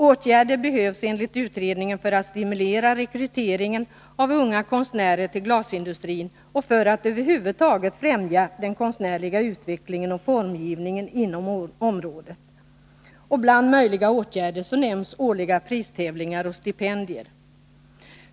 Åtgärder behövs enligt utredningen för att stimulera rekryteringen av unga konstnärer till glasindustrin och för att över huvud taget främja den konstnärliga utvecklingen och formgivningen inom området. Bland möjliga åtgärder nämns årliga pristävlingar och stipendier.